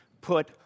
Put